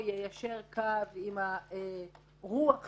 יישר קו עם הרוח שלה,